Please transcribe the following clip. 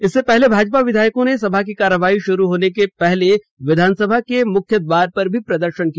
इससे पहले भाजपा विधायकों ने सभा की कार्यवाही शुरू होने के पहले विधानसभा के मुख्य द्वार पर भी प्रदर्शन किया